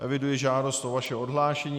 Eviduji žádost o vaše odhlášení.